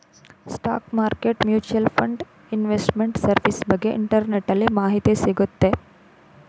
stock market mutual fund investment service ಬಗ್ಗೆ ಇಂಟರ್ನೆಟ್ಟಲ್ಲಿ ಮಾಹಿತಿ ಸಿಗುತ್ತೆ